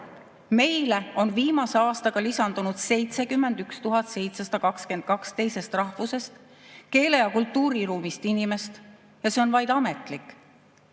Meile on viimase aastaga lisandunud 71 722 teisest rahvusest, keele‑ ja kultuuriruumist inimest ja see on vaid ametlik